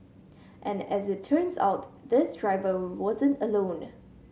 and as it turns out this driver wasn't alone